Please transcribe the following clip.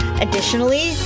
additionally